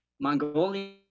Mongolian